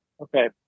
Okay